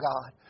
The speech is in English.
God